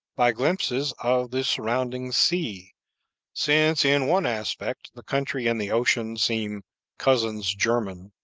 by glimpses of the surrounding sea since, in one aspect, the country and the ocean seem cousins-german.